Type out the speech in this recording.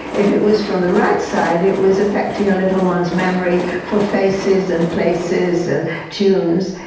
if it was from the right side it was affecting a little one's memory for faces and places and tunes,